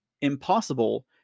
impossible